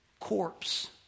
corpse